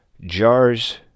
jars